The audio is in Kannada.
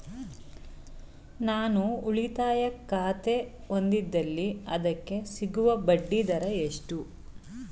ನಾನು ಉಳಿತಾಯ ಖಾತೆ ಹೊಂದಿದ್ದಲ್ಲಿ ಅದಕ್ಕೆ ಸಿಗುವ ಬಡ್ಡಿ ದರ ಎಷ್ಟು?